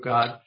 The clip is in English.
God